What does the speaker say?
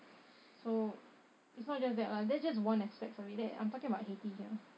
so it's not just that lah that's just one aspects of it that I'm talking about haiti here